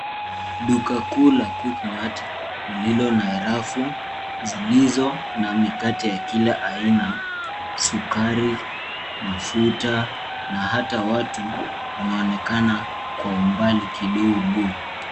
Duka kuu la Quickmart, lililo na rafu zilizo na mikate ya kila aina, sukari, mafuta na hata watu, wanaonekana kwa umbali kidogo.